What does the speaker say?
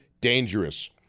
dangerous